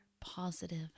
positive